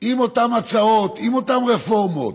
עם אותן הצעות, עם אותן רפורמות.